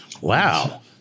Wow